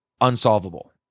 unsolvable